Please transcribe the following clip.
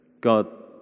God